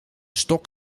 stok